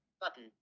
button